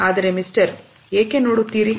ಆದರೆ ಮಿಸ್ಟರ್ ಏಕೆ ನೋಡುತ್ತೀರಿ